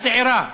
הצעירה,